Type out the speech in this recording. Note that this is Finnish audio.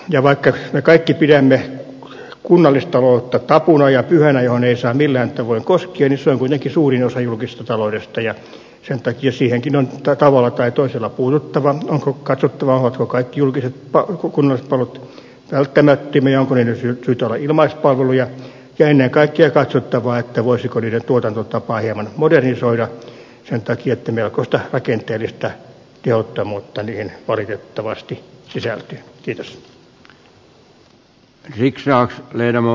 ja vaikka me kaikki pidämme kunnallistaloutta tabuna ja pyhänä johon ei saa millään tavoin koskea niin se on kuitenkin suurin osa julkisesta taloudesta ja sen takia siihenkin on tavalla tai toisella puututtava on katsottava ovatko kaikki julkiset kokonaispalvelut välttämättömiä onko niiden syytä olla ilmaispalveluja ja ennen kaikkea katsottava voisiko niiden tuotantotapaa hieman modernisoida sen takia että melkoista rakenteellista tehottomuutta niihin valitettavasti sisältyy